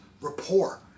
rapport